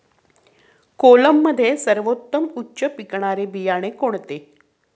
कोलममध्ये सर्वोत्तम उच्च पिकणारे बियाणे कोणते?